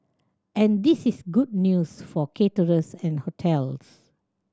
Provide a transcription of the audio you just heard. and this is good news for caterers and hotels